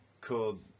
Called